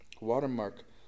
watermark